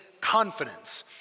confidence